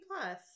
plus